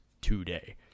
today